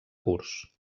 curs